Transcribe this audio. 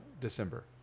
December